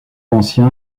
ancien